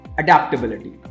Adaptability